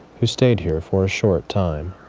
who stayed here for a short time.